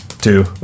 two